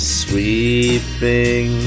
sweeping